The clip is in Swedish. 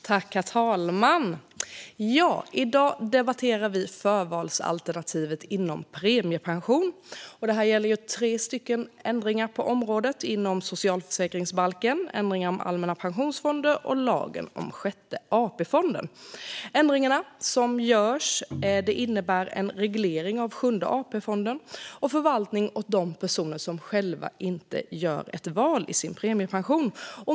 Herr talman! I dag debatterar vi förvalsalternativet inom premiepensionen. Det gäller tre ändringar på området, nämligen i socialförsäkringsbalken, i allmänna pensionsfonder och i lagen om Sjätte AP-fonden. Ändringarna som görs innebär en reglering av Sjunde AP-fonden och förvaltning åt de personer som själva inte har gjort ett val i sin premiepension.